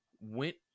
went